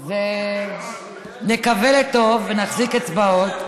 אז נקווה לטוב ונחזיק אצבעות.